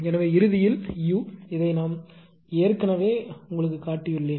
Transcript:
எனவே இறுதியில் u இதை ஏற்கனவே நான் உங்களுக்குக் காட்டியுள்ளேன்